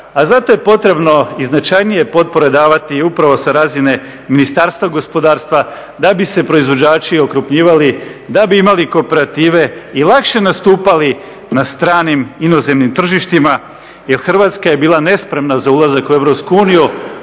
a za to je potrebno i značajnije potpore davati upravo sa razine Ministarstva gospodarstva da bi se proizvođači okrupnjivali, da bi imali kooperative i lakše nastupali na stranim inozemnim tržištima jer Hrvatska je bila nespremna za ulazak u EU,